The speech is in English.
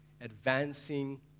advancing